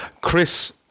Chris